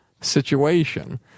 situation